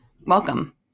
welcome